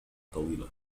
طويلة